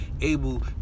able